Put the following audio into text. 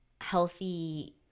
healthy